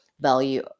value